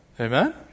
Amen